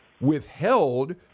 withheld